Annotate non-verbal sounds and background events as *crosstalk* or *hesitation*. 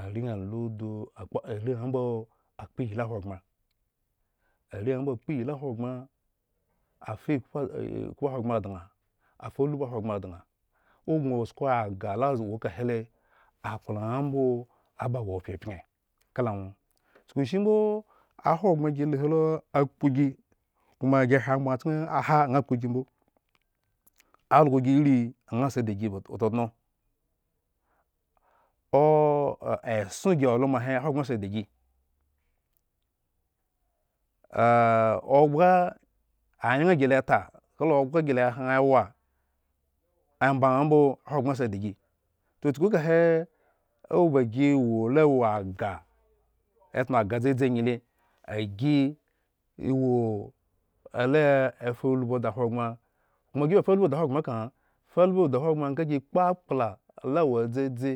areyan lu udu akpo areyan mbo akpo iyhi ahogbren. Arenyan mbo akpo iyhi ahogbren afa ekhpua ikhu ahogbren dŋa afaulbu ahogbren dŋa o gŋosko agah lawo eka hele, akpla ŋha mbo ba wo pyepy en kala ŋwo chukushimbo ahogbren gilu hilo akpo gi koma gi hre amgbaŋ chken ahan ŋha akpogi mbo, algogirii aŋha asi di ba tŋo tŋo. o. *hesitation* eson gi wo alo mahe. Hogbren si adi gi, *hesitation* ogbhg anyen gile ta kala ogbhga gila hyen wa emba yan mbo hogbten siadi gi, toh, chuku kahe owa ba gi wola woagah etŋa agah dzadzi angyi le, agai ewo ala efaulbu dahogbren koma giba fa ulbu da hogbren ka ŋha? Faulbu da hogbren koma giba hogbren nga gi kpo akpla lawo elzadzi